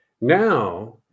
now